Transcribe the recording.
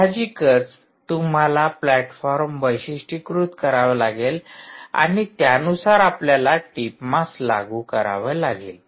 साहजिकच तुम्हाला प्लॅटफॉर्म वैशिष्ट्यीकृत करावे लागेल आणि त्यानुसार आपल्याला टिप मास लागू करावे लागेल